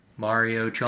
mario